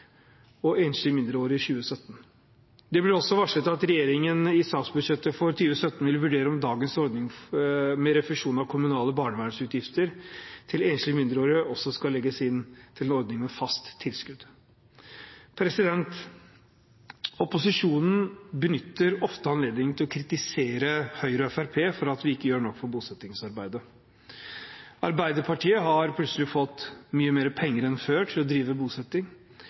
og enslige mindreårige i 2017. Det blir også varslet at regjeringen i statsbudsjettet for 2017 vil vurdere om dagens ordning med refusjon av kommunale barnevernsutgifter til enslige mindreårige også skal legges inn som fast tilskudd. Opposisjonen benytter ofte anledningen til å kritisere Høyre og Fremskrittspartiet for at vi ikke gjør nok for bosettingsarbeidet. Arbeiderpartiet har plutselig fått mye mer penger enn før til å drive bosetting,